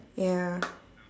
ya